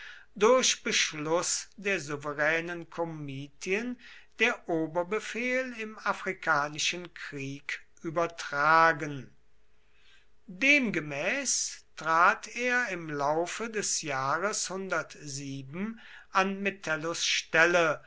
durch beschluß der souveränen komitien der oberbefehl im afrikanischen krieg übertragen demgemäß trat er im laufe des jahres an metellus stelle